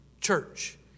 church